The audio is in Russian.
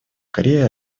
корея